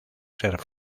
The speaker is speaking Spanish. ser